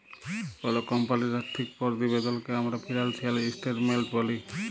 call কমপালির আথ্থিক পরতিবেদলকে আমরা ফিলালসিয়াল ইসটেটমেলট ব্যলি